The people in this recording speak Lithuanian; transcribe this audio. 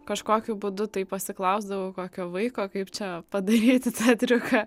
kažkokiu būdu tai pasiklausdavau kokio vaiko kaip čia padaryti tą triuką